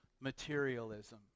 materialism